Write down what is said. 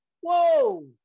Whoa